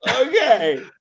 Okay